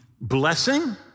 blessing